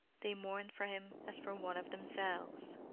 they mourned for him as for one of themselves,